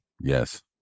Yes